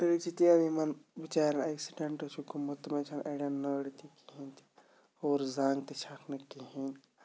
أڑۍ چھِ تِم یِمَن بِچارٮ۪ن اٮ۪کسِڈںٛٹ چھُ گوٚمُت تِمَن چھَنہٕ اَڑٮ۪ن نٔر تہِ کِہینۍ تہِ اور زَنٛگ تہِ چھَکھ نہٕ کِہینۍ